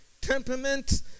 temperament